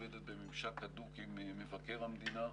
עובדת בממשק הדוק עם מבקר המדינה,